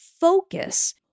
focus